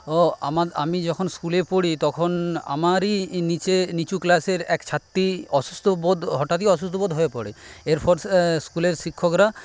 আমি যখন স্কুলে পড়ি তখন আমারই নীচের নীচু ক্লাসের এক ছাত্রী অসুস্থবোধ হঠাৎই অসুস্থবোধ হয়ে পড়ে এরপর স্কুলের শিক্ষকরা